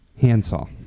Handsaw